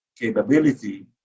capability